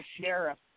sheriff